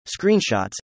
screenshots